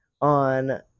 on